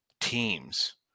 teams